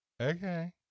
Okay